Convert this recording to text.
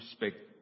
respect